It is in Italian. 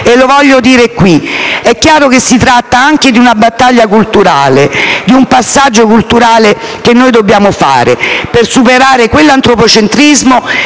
e lo voglio dire qui. È chiaro che si tratta anche di una battaglia culturale, di un passaggio culturale che noi dobbiamo compiere per superare quell'antropocentrismo